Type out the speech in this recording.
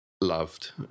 loved